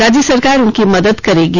राज्य सरकार उनकी मदद करेगी